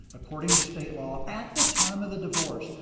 according to state law, at the time of the divorce.